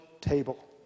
table